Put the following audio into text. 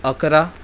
अकरा